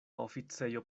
oficejo